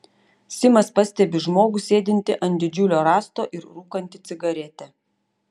simas pastebi žmogų sėdintį ant didžiulio rąsto ir rūkantį cigaretę